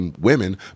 women